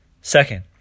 Second